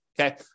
Okay